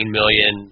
million